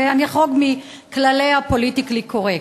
ואני אחרוג מכללי הפוליטיקלי-קורקט.